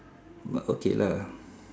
but okay lah